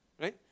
Right